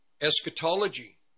eschatology